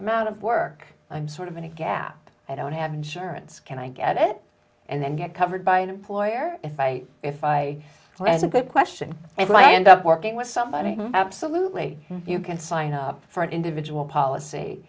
i'm out of work i'm sort of in a gap i don't have insurance can i get it and then get covered by an employer if i if i read a good question and i end up working with somebody absolutely you can sign up for an individual policy